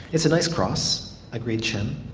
it's a nice cross agreed chen.